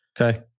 Okay